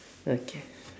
okay